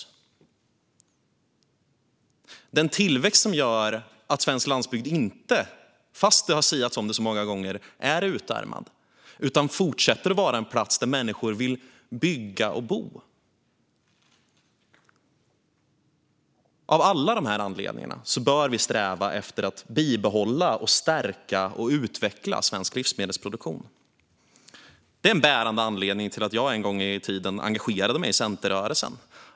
Det handlar om den tillväxt som gör att svensk landsbygd inte, fast det har siats om det så många gånger, är utarmad utan fortsätter att vara en plats där människor vill bygga och bo. Av dessa anledningar bör vi sträva efter att bibehålla, stärka och utveckla svensk livsmedelsproduktion. Att jag tror att det finns ett värde i att politiken främjar detta är en bärande anledning till att jag en gång i tiden engagerade mig i Centerrörelsen.